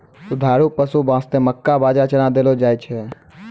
दुधारू पशु वास्तॅ मक्का, बाजरा, चना देलो जाय छै